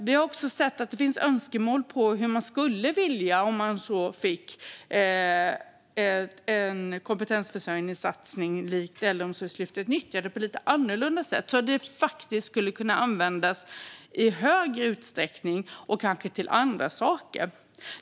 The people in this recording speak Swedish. Vi har också sett att det finns önskemål om att nyttja en kompetensförsörjningssatsning som Äldreomsorgslyftet - om man fick en sådan - på ett lite annorlunda sätt, så att den skulle kunna användas i större utsträckning och kanske till andra saker.